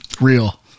Real